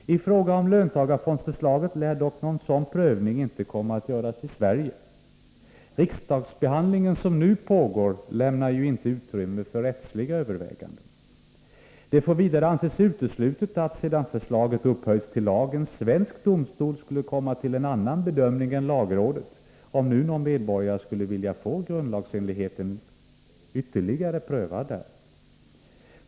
I fråga om löntagarfondsförslaget lär dock någon sådan prövning inte komma att göras i Sverige. Den riksdagsbehandling som nu pågår lämnar ju inte utrymme för rättsliga överväganden. Det får vidare anses uteslutet att, sedan förslaget upphöjts till lag, en svensk domstol skulle komma till en annan bedömning än lagrådet — om nu någon medborgare skulle vilja få grundlagsenligheten ytterligare prövad.